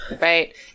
right